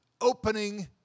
Opening